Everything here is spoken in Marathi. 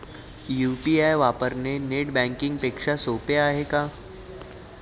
यु.पी.आय वापरणे नेट बँकिंग पेक्षा सोपे आहे का?